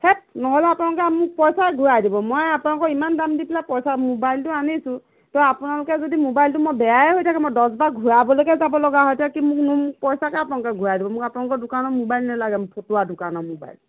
হেৎ নহ'লে আপোনলোকে মোক পইচাই ঘূৰাই দিব মই আপোনালোকক ইমান দাম দি পেলাই পইচা মোবাইলটো আনিছোঁ ত' আপোনালোকে যদি মোবাইলটো মই বেয়াই হৈ থাকে মই দছবাৰ ঘূৰাবলৈকে যাব লগা হয় তে এতিয়া কি মই পইচাকে আপোনালোকে ঘূৰাই দিব মোক আপোনালোকৰ দোকানৰ মোবাইল নালাগে ফটোৱা দোকানৰ মোবাইল